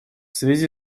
связи